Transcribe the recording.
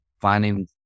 finding